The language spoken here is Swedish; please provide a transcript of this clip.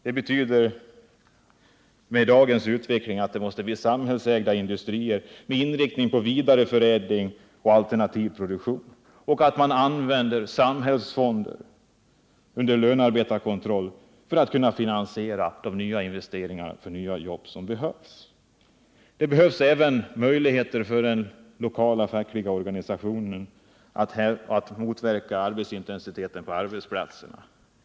Det betyder med dagens utveckling att det måste bli samhällsägda industrier med inriktning på vidareförädling och alternativ produktion och att man använder samhällsfonder under lönearbetarkontroll för att finansiera investeringarna för nya jobb som behövs. För det tredje behövs det möjligheter för den lokala fackliga organisationen att motverka arbetsintensiteten på arbetsplatserna.